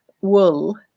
wool